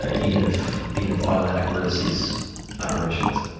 ah even if even if automattic were to cease operations.